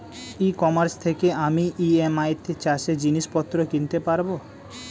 ই commerce থেকে আমি EMI তে চাষে জিনিসপত্র কিনতে পারব?